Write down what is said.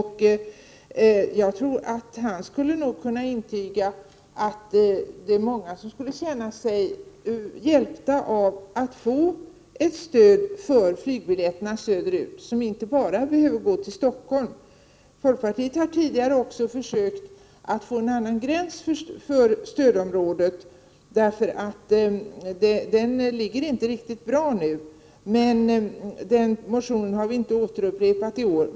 Han skulle nog, tror jag, kunna intyga att många skulle känna sig hjälpta av att få ett stöd för flygbiljetterna söderut; färden behöver ju inte bara gå till Stockholm. Folkpartiet har tidigare försökt att få en annan gräns för stödområdet. Gränsen är inte riktigt bra i dag, men vi har inte upprepat motionen i år.